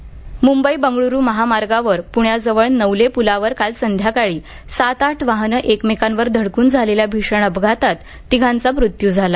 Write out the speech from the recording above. अपघात् मुंबई बंगळुरू महामार्गावर पुण्याजवळ नवले पुलावर काल संध्याकाळी सात आठ वाहनं एकमेकांवर धडकून झालेल्या भीषण अपघातात तिघांचा मृत्यू झाला